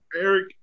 Eric